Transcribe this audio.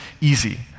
easy